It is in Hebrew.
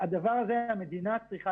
לדבר הזה המדינה צריכה